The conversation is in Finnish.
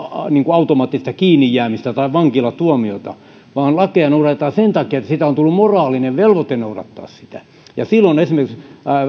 automaattista kiinnijäämistä tai vankilatuomiota vaan lakeja noudatetaan sen takia että on tullut moraalinen velvoite noudattaa niitä silloin esimerkiksi